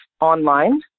online